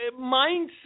mindset